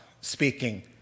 speaking